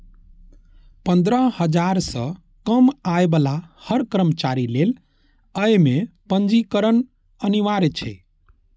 पंद्रह हजार सं कम आय बला हर कर्मचारी लेल अय मे पंजीकरण अनिवार्य छै